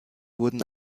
wurden